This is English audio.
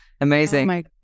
amazing